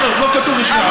לא כתוב לשני עמים.